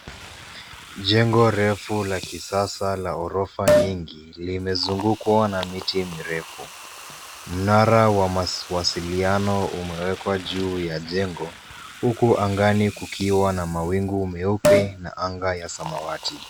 Jengo refu la kisasa la orofa nyingi limezungukwa na miti mirefu mnara wa mwasiliano umewekwa juu ya jengo huku angani kukiwa na mawingu meupe na anga ya samawati.